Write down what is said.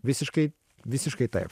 visiškai visiškai taip